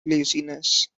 laziness